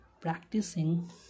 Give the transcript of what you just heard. practicing